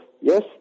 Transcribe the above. yes